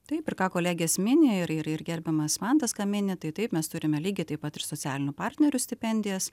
taip ir ką kolegės mini ir ir ir gerbiamas mantas ką mini tai taip mes turime lygiai taip pat ir socialinių partnerių stipendijas